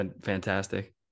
fantastic